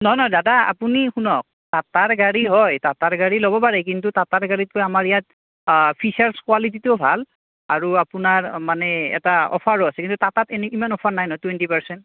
নহয় নহয় দাদা আপুনি শুনক টাটাৰ গাড়ী হয় টাটাৰ গাড়ী ল'ব পাৰে কিন্তু টাটাৰ গাড়ীটো আমাৰ ইয়াত ফিচাৰ্চ কোৱালিটীটো ভাল আৰু আপোনাৰ মানে এটা অফাৰো আছে কিন্তু টাটাত এনেই ইমান অফাৰ নাই ন টুৱেণ্টি পাৰ্চেণ্ট